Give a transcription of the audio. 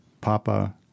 Papa